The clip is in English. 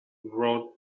wrote